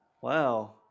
Wow